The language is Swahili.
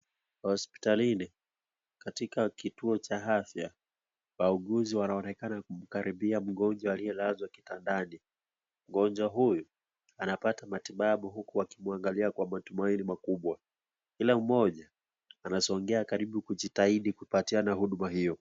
Hospitalini katika kituo cha afya wauguzi wanaonekana kumkaribia mgonjwa aliyelazwa kitandani, mgonjwa huyu anapata matibabu wakimwangalia kwa matumaini makubwa, kila mmoja anasongea karibu kujitahidi kupatiana huduma hiyo.